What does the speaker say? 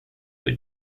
had